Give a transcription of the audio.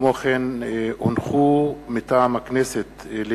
לקריאה ראשונה, מטעם הכנסת: